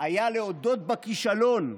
היה להודות בכישלון,